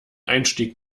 einstieg